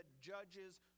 Judges